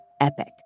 epic